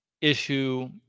issue